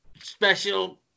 special